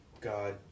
God